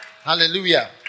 Hallelujah